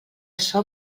açò